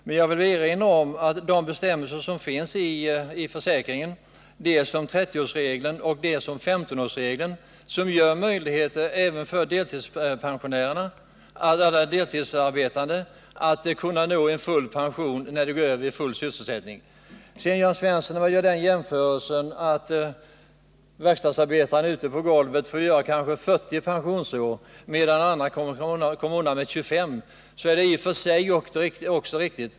Men jag vill erinra om att 15-årsregeln och 30-årsregeln i ATP-systemet ger möjligheter även för deltidsarbetande att få full pension när de går över till full sysselsättning. Jörn Svensson gjorde vidare den jämförelsen att den som arbetar på verkstadsgolvet måste fullgöra kanske 40 pensionsår medan andra kommer undan med 25 pensionsår. Också det är i och för sig riktigt.